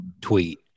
tweet